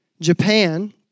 Japan